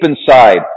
inside